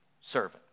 servant